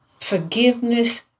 Forgiveness